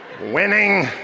winning